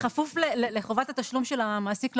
בכפוף לחובת התשלום של המעסיק,